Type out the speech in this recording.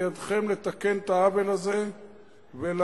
בידכם לתקן את העוול הזה ולהביא